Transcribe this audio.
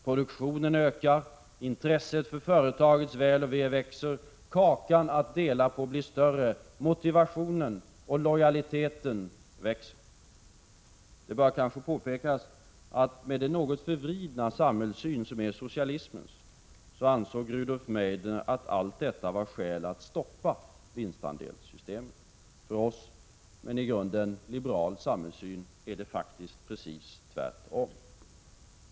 Produktionen ökar, intresset för företagens väl och ve växer, kakan att dela på blir större, motivationen och lojaliteten växer.” Det bör kanske påpekas, att med den något förvridna samhällssyn som är socialismens ansåg Rudolf Meidner att allt detta var skäl att stoppa vinstandelssystemen. För oss med en i grunden liberal samhällssyn är det precis tvärtom.